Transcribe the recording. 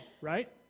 Right